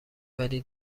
ولی